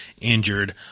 injured